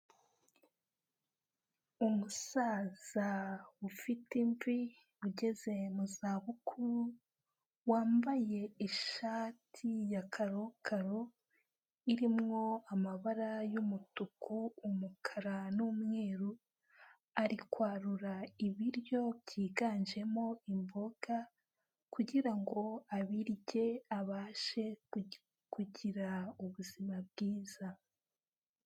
Umusaza ufite imvi, ugeze mu zabukuru, wambaye ishati ya karokaro irimwo amabara y'umutuku, umukara n'umweru, ari kwarura ibiryo byiganjemo imboga kugira ngo abirye, abashe kugira ubuzima bwiza.